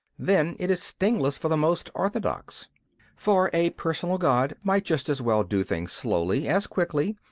then it is stingless for the most orthodox for a personal god might just as well do things slowly as quickly,